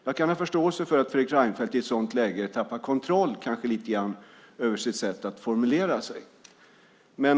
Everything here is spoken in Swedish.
Jag kan ha förståelse för att Fredrik Reinfeldt i ett sådant läge lite grann tappar kontroll över sitt sätt att formulera sig.